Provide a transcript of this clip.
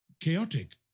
chaotic